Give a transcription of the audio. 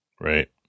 Right